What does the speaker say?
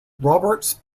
roberts